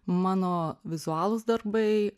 mano vizualūs darbai